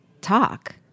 talk